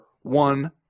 One